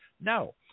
no